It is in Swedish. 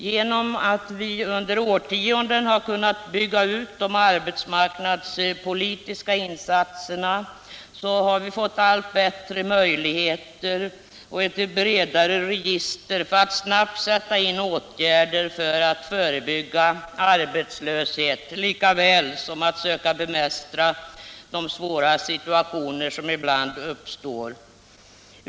Genom att vi under årtionden kunnat bygga ut de arbetsmarknadspolitiska insatserna har vi fått allt bättre möjligheter och ett bredare register för att snabbt sätta in åtgärder för att förebygga arbetslöshet lika väl som att söka bemästra de svåra situationer som ibland uppstår.